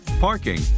parking